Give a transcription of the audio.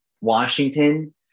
Washington